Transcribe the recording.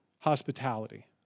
hospitality